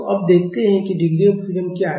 तो अब देखते हैं कि डिग्री ऑफ फ्रीडम क्या है